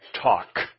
talk